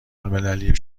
المللی